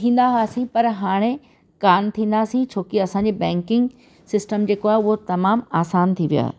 थींदा हुआसीं पर हाणे कान थींदासीं छो की असांजी बैंकिंग सिस्टम जेको आहे उहा तमामु आसानु थी वियो आहे